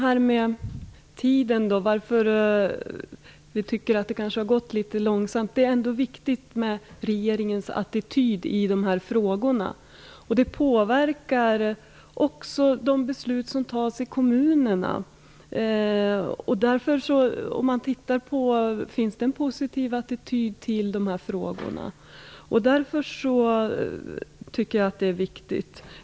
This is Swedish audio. Fru talman! Vi tycker ändå att det har gått litet långsamt framåt. Regeringens attityd i frågorna är viktig. Den påverkar de beslut som fattas i kommunerna. Kommunerna hör efter om det finns en positiv attityd angående dessa frågor. Det är därför jag tycker denna diskussion är viktig.